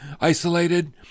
isolated